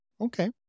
Okay